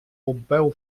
pompeu